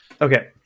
Okay